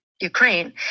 Ukraine